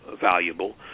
valuable